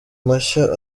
mashya